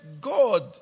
God